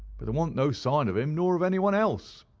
but there wasn't no sign of him nor of anyone else.